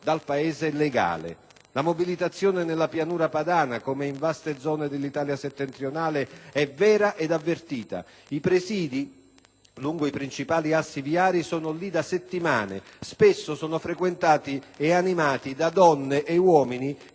dal Paese legale. La mobilitazione nella pianura padana, così come in vaste zone dell'Italia settentrionale, è vera ed avvertita. I presìdi lungo i principali assi viari sono lì da settimane: spesso sono frequentati ed animati da donne ed uomini